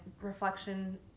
reflection